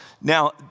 Now